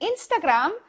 Instagram